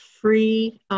Free